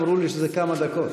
אמרו לי שזה לכמה דקות.